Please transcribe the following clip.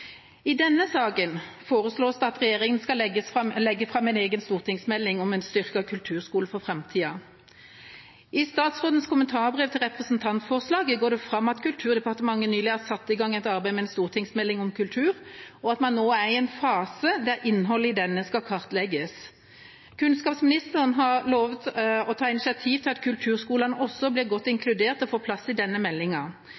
I denne saken foreslås det at regjeringa skal legge fram en egen stortingsmelding om en styrket kulturskole for framtida. I statsrådens kommentarbrev til representantforslaget går det fram at Kulturdepartementet nylig har satt i gang et arbeid med en stortingsmelding om kultur, og at man nå er i en fase der innholdet i denne skal kartlegges. Kunnskapsministeren har lovet å ta initiativ til at kulturskolene også blir godt